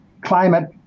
climate